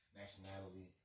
nationality